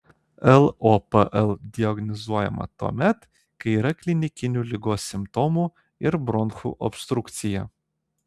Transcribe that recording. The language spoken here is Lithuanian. lopl diagnozuojama tuomet kai yra klinikinių ligos simptomų ir bronchų obstrukcija